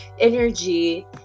energy